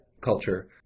culture